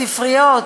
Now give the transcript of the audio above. לספריות,